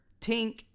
Tink